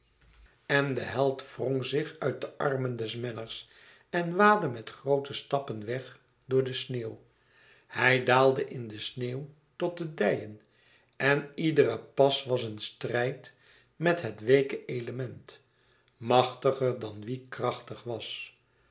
en de held wrong zich uit de armen des menners en waadde met groote stappen weg door de sneeuw hij daalde in de sneeuw tot de dijen en iedere pas was een strijd met het weeke element machtiger dan wie krachtig was